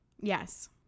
Yes